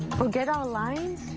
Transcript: forget our lines?